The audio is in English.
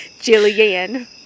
Jillian